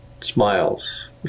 smiles